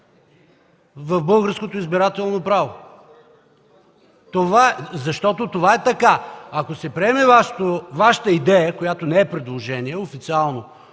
в българското избирателно право, защото това е така. Ако се приеме Вашата идея, която не е предложение – официално